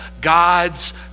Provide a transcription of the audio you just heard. God's